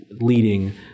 leading